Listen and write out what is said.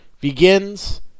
begins